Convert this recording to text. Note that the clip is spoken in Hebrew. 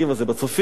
זה ב"צופים".